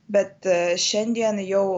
bet šiandien jau